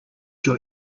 your